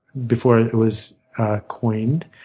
before it was coined.